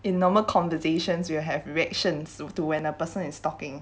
in normal conversations you have reactions to when a person is talking